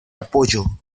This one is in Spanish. apoyo